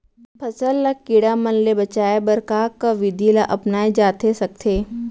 फसल ल कीड़ा मन ले बचाये बर का का विधि ल अपनाये जाथे सकथे?